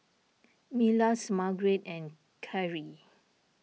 Milas Margarett and Khiry